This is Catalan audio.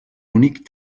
únic